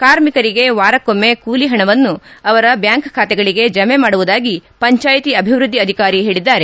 ಕಾರ್ಮಿಕರಿಗೆ ವಾರಕ್ಕೊಮ್ನ ಕೂಲಿ ಹಣವನ್ನು ಅವರ ಬ್ಯಾಂಕ್ ಖಾತೆಗಳಿಗೆ ಜಮೆ ಮಾಡುವುದಾಗಿ ಪಂಚಾಯಿತಿ ಅಭಿವೃದ್ದಿ ಅಧಿಕಾರಿ ಹೇಳಿದ್ದಾರೆ